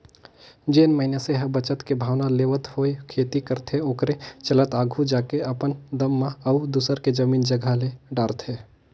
जेन मइनसे ह बचत के भावना लेवत होय खेती करथे ओखरे चलत आघु जाके अपने दम म अउ दूसर के जमीन जगहा ले डरथे